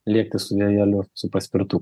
lėkti su vėjeliu su paspirtuku